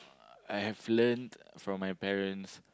I have learnt from my parents